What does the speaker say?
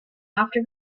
after